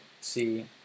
see